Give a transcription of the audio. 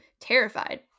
terrified